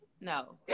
No